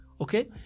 Okay